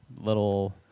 little